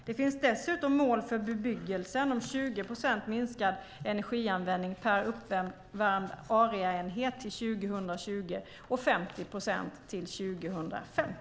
Det finns dessutom mål för bebyggelsen om 20 procent minskad energianvändning per uppvärmd areaenhet till 2020 och 50 procent till 2050.